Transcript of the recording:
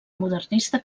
modernista